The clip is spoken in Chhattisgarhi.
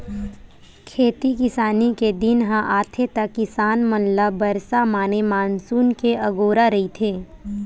खेती किसानी के दिन ह आथे त किसान मन ल बरसा माने मानसून के अगोरा रहिथे